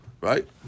right